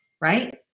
right